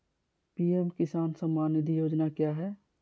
PM Kisan Samman Nidhi Yojana क्या है?